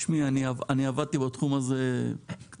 תשמעי, אני עבדתי בתחום הזה קצת